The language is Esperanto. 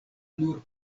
nur